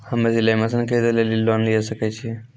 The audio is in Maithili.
हम्मे सिलाई मसीन खरीदे लेली लोन लिये सकय छियै?